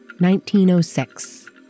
1906